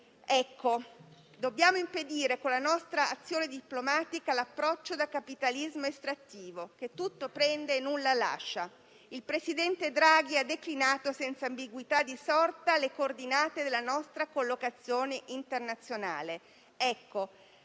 Dobbiamo impedire, con la nostra azione diplomatica, l'approccio da capitalismo estrattivo, che tutto prende e nulla lascia. Il presidente Draghi ha declinato senza ambiguità di sorta le coordinate della nostra collocazione internazionale. La